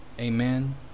Amen